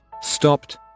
stopped